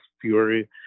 Fury